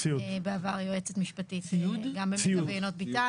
בעבר היועצת המשפטית גם ביינות ביתן